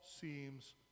seems